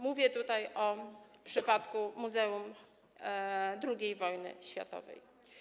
Mówię tutaj o przypadku Muzeum II Wojny Światowej.